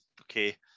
okay